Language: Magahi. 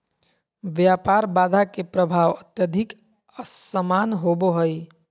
व्यापार बाधा के प्रभाव अत्यधिक असमान होबो हइ